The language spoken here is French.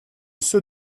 ceux